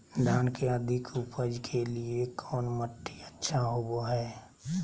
धान के अधिक उपज के लिऐ कौन मट्टी अच्छा होबो है?